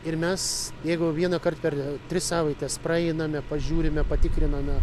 ir mes jeigu vienąkart per tris savaites praeiname pažiūrime patikriname